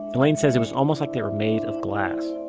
elaine says it was almost like they were made of glass